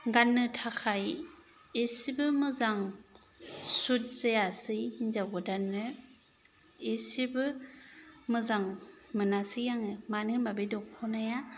गाननो थाखाय एसेबो मोजां सुट जायासै हिनजाव गोदाननो एसेबो मोजां मोनासै आङो मानो होमबा बे दख'नाया